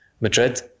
Madrid